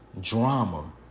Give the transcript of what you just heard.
drama